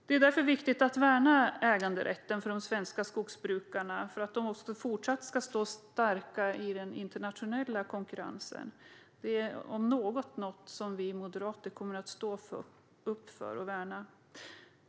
Det är därför viktigt att värna äganderätten för de svenska skogsbrukarna, för att de fortsatt ska stå starka i den internationella konkurrensen. Detta om något kommer vi moderater att stå upp för och värna.